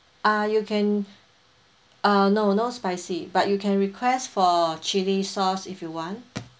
ah you can uh no no spicy but you can request for chili sauce if you want